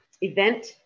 event